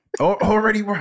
Already